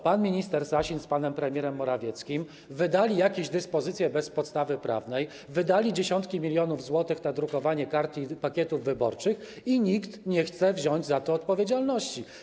Pan minister Sasin z panem premierem Morawieckim wydali jakieś dyspozycje bez podstawy prawnej, wydali dziesiątki milionów złotych na drukowanie kart i pakietów wyborczych i nikt nie chce wziąć za to odpowiedzialności.